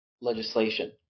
legislation